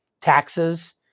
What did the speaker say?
taxes